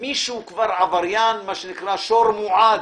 מישהו כבר עבריין, מה שנקרא שור מועד,